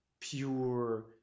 pure